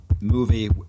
movie